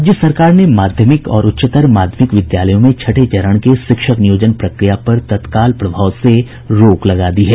राज्य सरकार ने माध्यमिक और उच्चतर माध्यमिक विद्यालयों में छठे चरण के शिक्षक नियोजन प्रक्रिया पर तत्काल प्रभाव से रोक लगा दी है